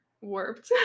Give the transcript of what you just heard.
warped